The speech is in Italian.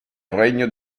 regno